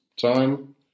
time